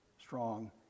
strong